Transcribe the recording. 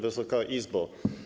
Wysoka Izbo!